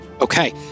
Okay